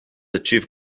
achieve